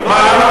לא נכון.